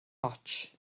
ots